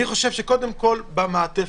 קודם כול, במעטפת,